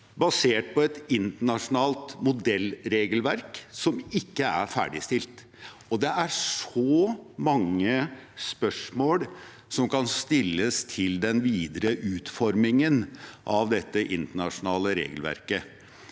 basert på et internasjonalt modellregelverk som ikke er ferdigstilt, og det er så mange spørsmål som kan stilles ved den videre utformingen av dette internasjonale regelverket.